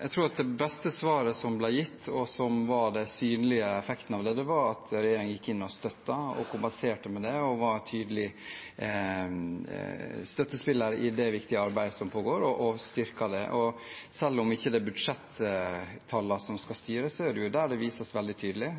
Jeg tror at det beste svaret som ble gitt, og som var den synlige effekten av det, var at regjeringen gikk inn og støttet, kompenserte med det og var en tydelig støttespiller i det viktige arbeidet som pågår, og styrket det. Selv om det ikke er budsjettallene som skal styre, er det jo der det vises veldig tydelig.